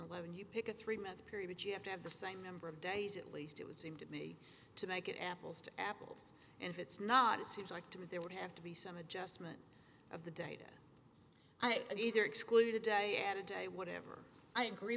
eleven you pick a three month period you have to have the same number of days at least it would seem to me to make it apples to apples and it's not it seems like to me there would have to be some adjustment of the data i'd either exclude a day at a day whatever i agree